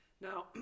Now